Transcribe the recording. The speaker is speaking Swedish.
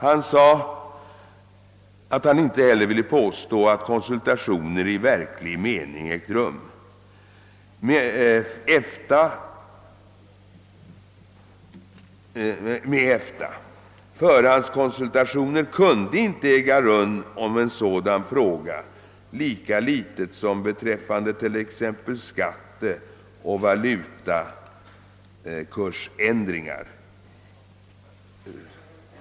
Han sade att han inte heller ville påstå att konsultationer i verklig mening ägt rum med EFTA. Förhandskonsultationer kunde inte äga rum om en sådan fråga, lika litet som beträffande t.ex. skatteoch valutakursändringar.